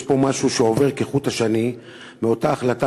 יש פה משהו שעובר כחוט השני מאותה החלטה